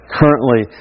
currently